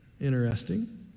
Interesting